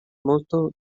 molto